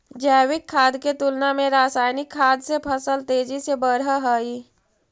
जैविक खाद के तुलना में रासायनिक खाद से फसल तेजी से बढ़ऽ हइ